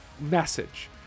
message